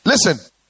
Listen